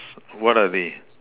what are they